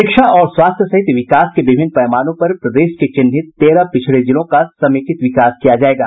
शिक्षा और स्वास्थ्य सहित विकास के विभिन्न पैमानों पर प्रदेश के चिन्हित तेरह पिछड़े जिलों का समेकित विकास किया जायेगा